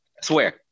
swear